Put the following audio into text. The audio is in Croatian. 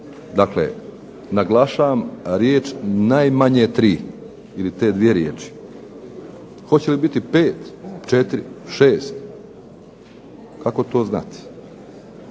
Dakle, naglašavam riječ najmanje tri ili te dvije riječi. Hoće li biti pet, četiri, šest, kako to znati.